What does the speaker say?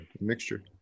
mixture